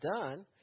done